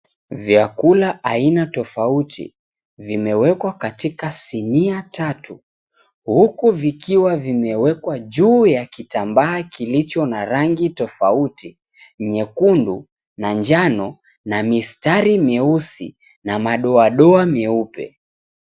Vyakula aina tofauti vimewekwa katika sinia tatu huku vikiwa vimewekwa juu ya kitambaa kilicho na rangi tofauti, nyekundu, manjano na mistari meusi na madoadoa meupe.